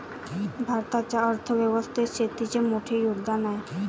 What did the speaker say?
भारताच्या अर्थ व्यवस्थेत शेतीचे मोठे योगदान आहे